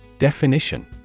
Definition